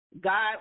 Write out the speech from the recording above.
God